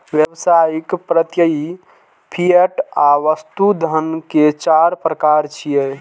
व्यावसायिक, प्रत्ययी, फिएट आ वस्तु धन के चार प्रकार छियै